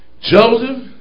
Joseph